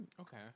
Okay